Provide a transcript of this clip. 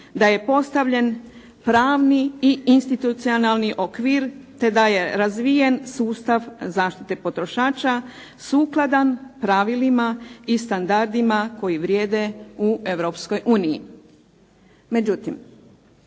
da je postavljen pravni i institucionalni okvir, te da je razvijen sustav zaštite potrošača sukladan pravilima i standardima koji vrijede u Europskoj